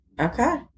okay